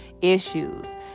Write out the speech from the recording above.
issues